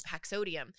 paxodium